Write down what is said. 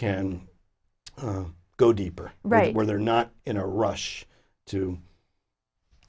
can go deeper right where they're not in a rush to